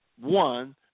one